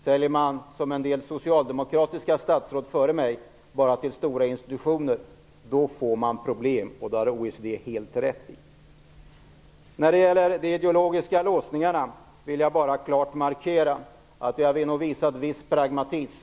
Säljer man som en del socialdemokratiska statsråd före mig bara till stora institutioner får man problem. Det har OECD helt rätt i. När det gäller de ideologiska låsningarna vill jag klart markera att den förra regeringen nog har visat viss pragmatism.